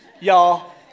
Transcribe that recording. y'all